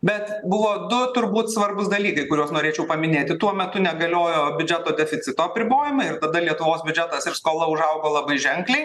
bet buvo du turbūt svarbūs dalykai kuriuos norėčiau paminėti tuo metu negaliojo biudžeto deficito apribojimai ir kada lietuvos biudžetas ir skola užaugo labai ženkliai